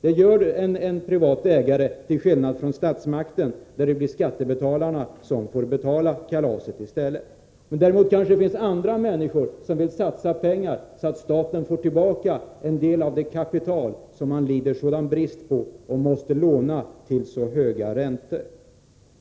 Det är vad som händer för en privat ägare, till skillnad från när statsmakten är ägare, då skattebetalarna får stå för kalaset. Men det kan däremot finnas andra människor som vill satsa pengar, så att staten får tillbaka en del av det kapital som man lider sådan brist på och måste låna till så höga räntor.